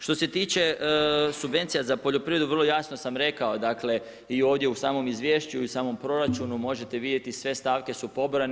Što se tiče subvencija za poljoprivredu vrlo jasno sam rekao, dakle i ovdje u samom izvješću i samom proračunu možete vidjeti sve stavke su pobrojane.